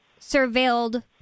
surveilled